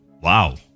Wow